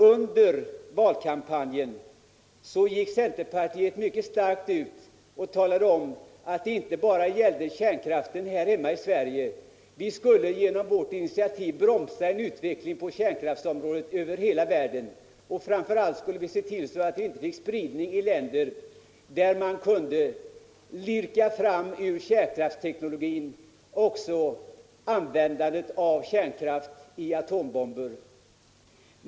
Under valkampanjen gick centerpartiet ut och talade mycket starkt om att det inte bara gällde kärnkraften här hemma i Sverige. Vi skulle genom vårt initiativ bromsa en utveckling på kärnkraftsområdet över hela världen. Framför allt skulle vi se till att kärnkraften inte fick spridning i länder där man ur kärnkraftsteknologin också kunde lirka fram användandet av kärnkraft till atombomber.